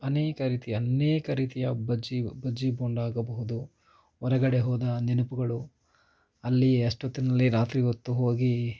ಅನೇಕ ರೀತಿಯ ಅನೇಕ ರೀತಿಯ ಬಜ್ಜಿ ಬಜ್ಜಿ ಬೋಂಡ ಆಗಬಹುದು ಹೊರಗಡೆ ಹೋದ ನೆನಪುಗಳು ಅಲ್ಲಿ ಅಷ್ಟೊತ್ತಿನಲ್ಲಿ ರಾತ್ರಿ ಹೊತ್ತು ಹೋಗಿ